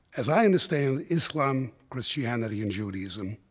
as i understand islam, christianity and judaism,